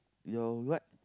you are right